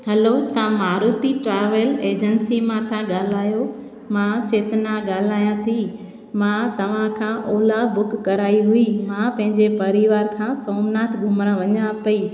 हलो तव्हां Maruti travel agency मां था ॻाल्हायो मां चेतना ॻाल्हायां थी मां तव्हां सां ओला बुक कराई हुई मां पंहिंजे परिवार सां सोमनाथ घुमणु वञा पई